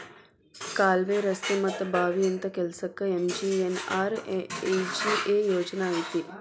ಕಾಲ್ವೆ, ರಸ್ತೆ ಮತ್ತ ಬಾವಿ ಇಂತ ಕೆಲ್ಸಕ್ಕ ಎಂ.ಜಿ.ಎನ್.ಆರ್.ಇ.ಜಿ.ಎ ಯೋಜನಾ ಐತಿ